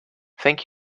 thank